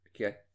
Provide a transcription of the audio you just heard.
Okay